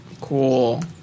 Cool